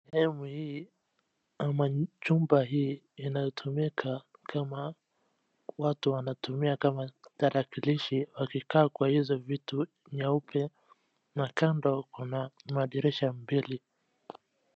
Sehemu hii ama chumba hii inatumika kama watu wanatumia kama tarakilishi wakikaa kwa hizo vitu nyeupe. Na kando kuna madirisha mbili.